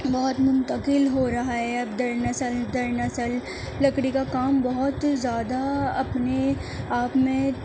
بہت منتقل ہو رہا ہے اب در نسل در نسل لکڑی کا کام بہت زیادہ اپنے آپ میں